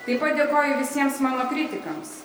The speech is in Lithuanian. taip pat dėkoju visiems mano kritikams